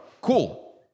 Cool